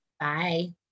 Bye